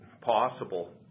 possible